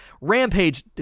Rampage